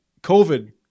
COVID